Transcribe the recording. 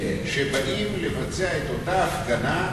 שבאים לבצע את אותה הפגנה,